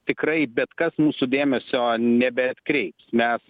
tikrai bet kas mūsų dėmesio nebeatkreips mes